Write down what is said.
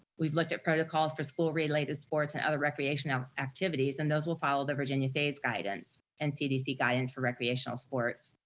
we've looked at protocols for school-related sports and other recreational activities, and those will follow the virginia phase guidance and cdc guidance for recreational sports.